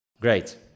Great